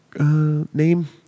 name